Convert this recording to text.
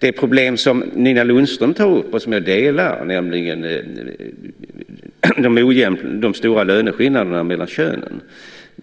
Det problem som Nina Lundström tar upp och som jag också är medveten om, nämligen de stora löneskillnaderna mellan könen,